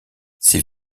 ces